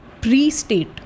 pre-state